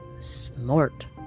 smart